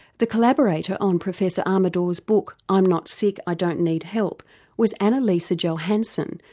the collaborator on professor amador's book i'm not sick, i don't need help was anna lisa johanssen,